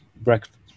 breakfast